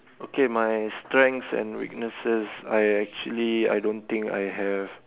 okay my strengths and weaknesses I actually I don't think I have